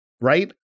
right